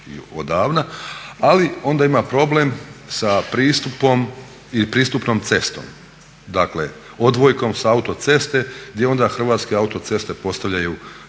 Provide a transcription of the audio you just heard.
ali ona ima problem sa pristupom ili pristupnom cestom, dakle odvojkom s autoceste gdje onda Hrvatske autoceste postavljaju